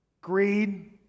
greed